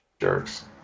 jerks